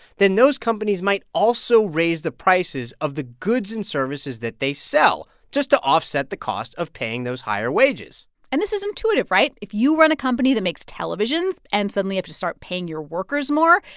then those companies might also raise the prices of the goods and services that they sell just to offset the cost of paying those higher wages and this is intuitive, right? if you run a company that makes televisions and suddenly have to start paying your workers more,